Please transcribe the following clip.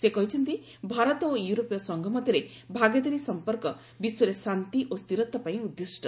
ସେ କହିଛନ୍ତି ଭାରତ ଓ ୟୁରୋପୀୟ ସଂଘ ମଧ୍ୟରେ ଭାଗିଦାରୀ ସଂପର୍କ ବିଶ୍ୱରେ ଶାନ୍ତି ଓ ସ୍ଥିରତା ପାଇଁ ଉଦ୍ଦିଷ୍ଟ